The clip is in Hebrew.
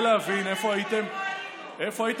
לא הייתי